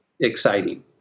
exciting